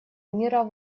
мира